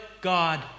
God